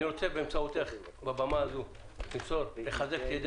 אני רוצה באמצעותך בבמה הזו לחזק את ידי